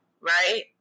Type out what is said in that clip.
Right